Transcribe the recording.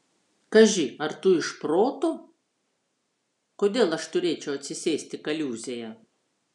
kaži ar tu iš proto kodėl aš turėčiau atsisėsti kaliūzėje